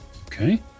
Okay